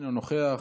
אינו נוכח,